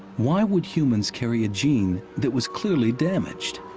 why would humans carry a gene that was clearly damaged?